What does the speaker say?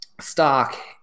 stock